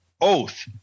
oath